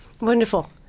Wonderful